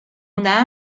una